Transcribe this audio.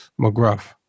McGruff